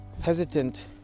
hesitant